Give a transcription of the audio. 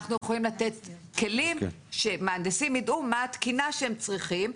אנחנו יכולים לתת כלים שמהנדסים יידעו מה התקינה שהם צריכים,